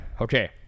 okay